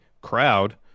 crowd